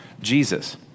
Jesus